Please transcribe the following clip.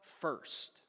first